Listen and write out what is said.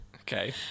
okay